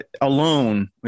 alone